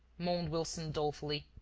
moaned wilson, dolefully.